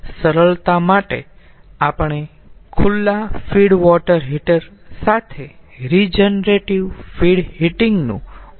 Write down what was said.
સરળતા માટે આપણે ખુલ્લા ફીડ વોટર હીટર સાથે રીજનરેટીવ ફીડ હીટિંગ નું ઉદાહરણ લઈશું